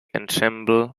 ensemble